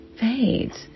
fades